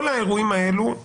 כל האירועים האלה הם